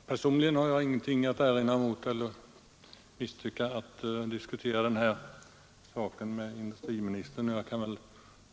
Fru talman! Personligen har jag ingenting att invända mot att diskutera denna sak med industriministern.